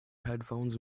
headphones